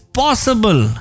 possible